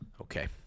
Okay